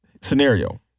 scenario